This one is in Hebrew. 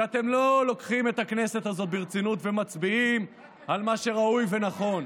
שאתם לא לוקחים את הכנסת הזאת ברצינות ומצביעים על מה שראוי ונכון,